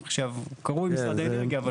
עכשיו קרוי משרד האנרגיה.